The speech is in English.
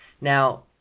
Now